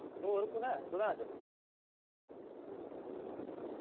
और कुत्थैं कुत्थैं अज्ज